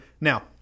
Now